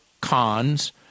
cons